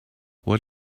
what